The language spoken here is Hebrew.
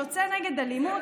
יוצא נגד אלימות,